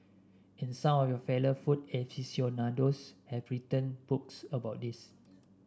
and some of your fellow food aficionados have written books about this